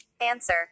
Answer